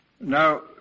Now